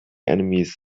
enemies